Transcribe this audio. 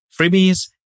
freebies